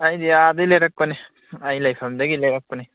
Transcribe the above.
ꯑꯩꯗꯤ ꯑꯥꯗꯩ ꯂꯩꯔꯛꯄꯅꯤ ꯑꯩ ꯂꯩꯐꯝꯗꯒꯤ ꯂꯩꯔꯛꯄꯅꯤ